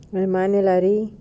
main mana lah lari